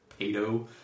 pedo